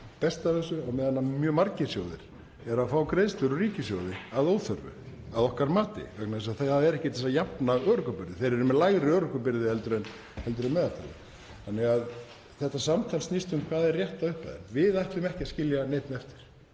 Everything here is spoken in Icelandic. góðs af þessu á meðan mjög margir sjóðir eru að fá greiðslur úr ríkissjóði að óþörfu að okkar mati vegna þess að það er ekki til að jafna örorkubyrði. Þeir eru með lægri örorkubyrði en meðaltalið. Þannig að þetta samtal snýst um hvað er rétt upphæð. Við ætlum ekki að skilja neinn eftir.